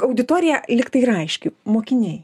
auditorija lyg tai ir aiški mokiniai